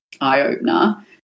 eye-opener